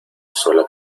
sola